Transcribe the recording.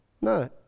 No